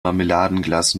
marmeladenglas